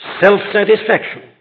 self-satisfaction